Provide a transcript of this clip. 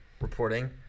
reporting